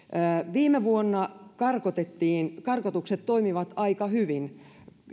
viime vuonna karkotettiin karkotukset toimivat aika hyvin